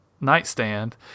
nightstand